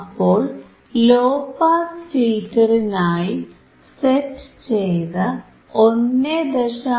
അപ്പോൾ low pass ഫിൽറ്ററിനായി set ചെയ്ത 1